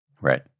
Right